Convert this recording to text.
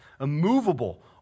immovable